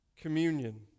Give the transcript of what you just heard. communion